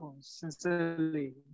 sincerely